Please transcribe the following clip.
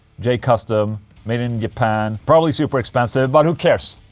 j custom made in japan probably super expensive but who cares?